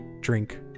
drink